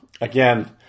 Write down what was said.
again